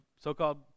so-called